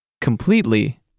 Completely